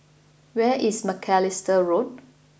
where is Macalister Road